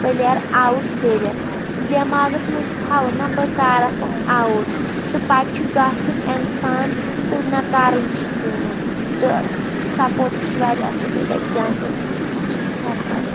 player out کٔرِتھ تہٕ دٮ۪ماغس منٛز چھُ تھوُن نہ بہٕ کرکھ یِم اَوُٹ تہٕ پَتہٕ چھُ گژھُن اِنسان تہٕ نہ کرٕنۍ چھِ کٲم تہٕ سَپوٹٕس چھُ واریاہ اَصٕل یہِ گژھِ گنٛدُن اِنسان چھُ سیٹ روزان